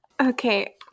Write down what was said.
Okay